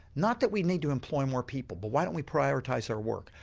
not that we need to employ more people, but why don't we prioritise our work,